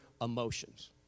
emotions